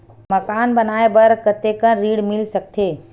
मकान बनाये बर कतेकन ऋण मिल सकथे?